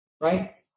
right